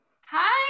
Hi